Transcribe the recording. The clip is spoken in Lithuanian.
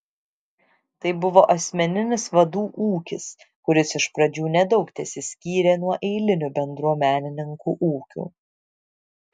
tai buvo asmeninis vadų ūkis kuris iš pradžių nedaug tesiskyrė nuo eilinių bendruomenininkų ūkių